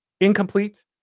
incomplete